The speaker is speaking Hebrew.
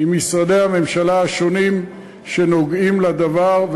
עם משרדי הממשלה השונים הנוגעים בדבר,